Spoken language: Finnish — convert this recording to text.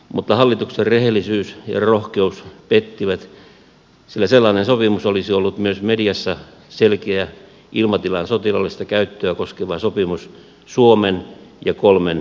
mutta hallituksen rehellisyys ja rohkeus pettivät sillä sellainen sopimus olisi ollut myös mediassa selkeä ilmatilan sotilaallista käyttöä koskeva sopimus suomen ja kolmen nato maan kesken